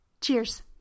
Cheers